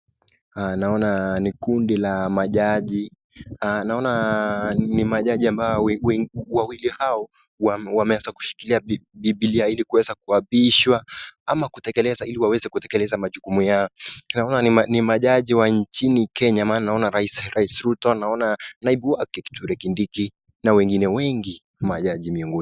Naona ni kundi la majaji. Naona ni majaji wawili hao wameweza kushikilia Bibilia ili kuweza kuwapishwa ama kutekeleza ili waweze kutekeleza majukumu yao. Naona ni majaji wa nchini Kenya maana naona rais Ruto, naona naibu wake Kithure Kindiki na wengine wengi majaji miongoni.